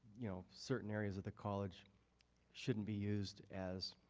you know certain areas of the college should not be used as